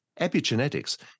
Epigenetics